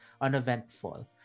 uneventful